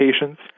patients